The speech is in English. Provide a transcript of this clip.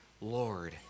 Lord